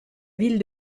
ville